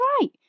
right